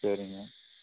சரிங்க